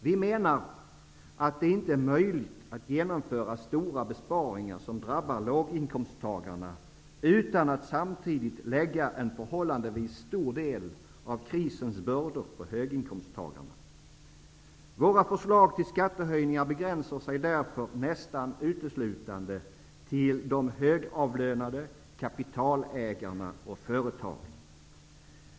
Vi menar att det inte är möjligt att genomföra stora besparingar som drabbar låginkomsttagarna utan att samtidigt lägga en förhållandevis stor del av krisens bördor på höginkomsttagarna. Våra förslag till skattehöjningar begränsar sig därför nästan uteslutande till de högavlönade, kapitalägarna och företagen.